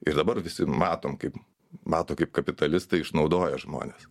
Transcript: ir dabar visi matom kaip mato kaip kapitalistai išnaudoja žmones